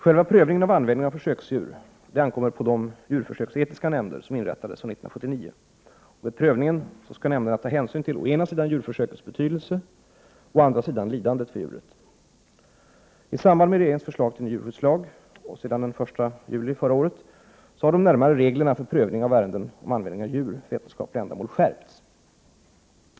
Själva prövningen av användningen av försöksdjur ankommer på de djurförsöksetiska nämnder som inrättades år 1979. Vid prövningen skall nämnderna ta hänsyn till å ena sidan djurförsökets betydelse och å andra sidan lidandet för djuret. I samband med regeringens förslag till ny djurskyddslag, och sedan den 1 juli förra året, har de närmare reglerna för prövning av ärenden om användning av djur för vetenskapliga ändamål skärpts.